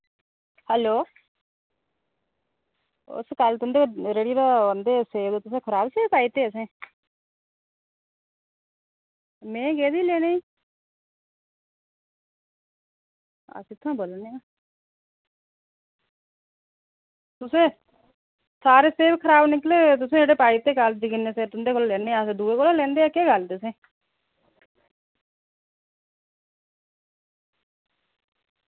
hello कल्ल तुंदे रेह्ड़ी उप्परा आंदे सेव तुसें खराब सेव पाई दित्ते हे तुसें में गेदी ही लैने ई अस इत्थां बोल्ला ने आं तुसें सारे सेव खराब निकले हे जेह्के तुसें पाई दित्ते हे कल्ल जकीनै पर लैंदे दूए कोला लैगे केह् गल्ल